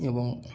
ଏବଂ